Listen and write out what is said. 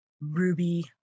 Ruby